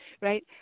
right